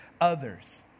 others